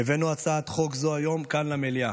הבאנו הצעת חוק זו היום כאן למליאה.